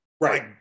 Right